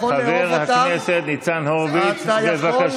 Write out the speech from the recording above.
אני באמת, באמת,